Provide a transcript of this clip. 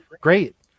Great